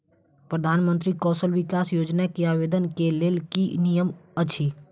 प्रधानमंत्री कौशल विकास योजना केँ आवेदन केँ लेल की नियम अछि?